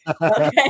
Okay